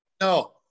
No